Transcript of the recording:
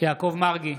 יעקב מרגי,